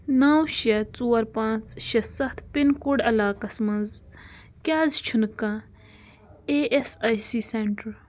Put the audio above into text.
نو شےٚ ژور پانٛژھ شےٚ سَتھ پِن کوڈ علاقس منٛز کیٛازِ چھُنہٕ کانٛہہ E S I C centre